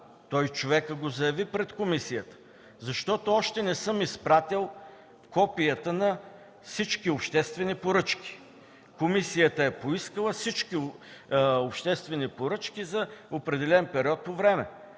Човекът го заяви пред комисията: „Защото още не съм изпратил копията на всички обществени поръчки.” Комисията е поискала всички обществени поръчки за определен период от време.